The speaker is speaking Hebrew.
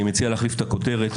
אני מציע להחליף את הכותרת,